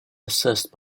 assessed